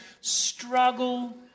struggle